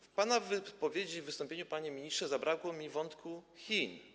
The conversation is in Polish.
W pana wypowiedzi, w pana wystąpieniu, panie ministrze, zabrakło mi wątku Chin.